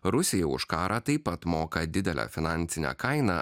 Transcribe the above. rusija už karą taip pat moka didelę finansinę kainą